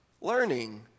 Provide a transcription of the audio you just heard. learning